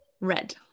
red